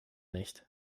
nicht